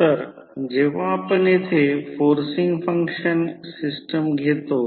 तर जेव्हा आपण येथे फोर्सिन्ग फंक्शन सिस्टम घेतो